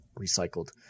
recycled